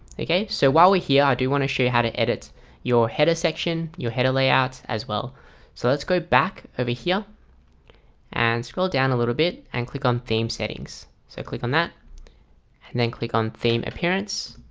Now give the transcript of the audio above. okay so while we're here, i do want to show you how to edit your header section your header layout as well so let's go back over here and scroll down a little bit and click on theme settings. so click on that and then click on theme appearance